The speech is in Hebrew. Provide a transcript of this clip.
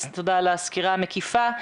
תודה על הסקירה המקיפה.